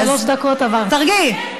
אז תרגיעי.